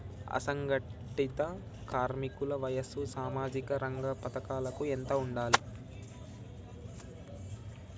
అసంఘటిత కార్మికుల వయసు సామాజిక రంగ పథకాలకు ఎంత ఉండాలే?